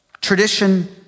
tradition